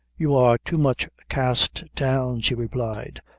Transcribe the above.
you are too much cast down, she replied,